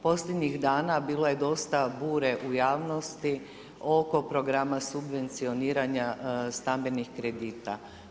Posljednjih dana bilo je dosta bure u javnosti oko programa subvencioniranja stambenih kredita.